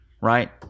Right